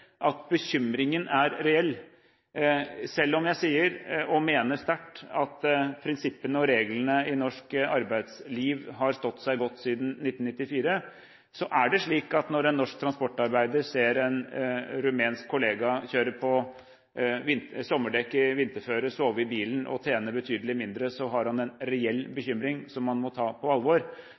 at bekymringen er reell. Selv om jeg sier og mener sterkt at prinsippene og reglene i norsk arbeidsliv har stått seg godt siden 1994, er det slik at når en norsk transportarbeider ser en rumensk kollega kjøre med sommerdekk på vinterføre, sove i bilen og tjene betydelig mindre, har han en reell bekymring som man må ta på alvor.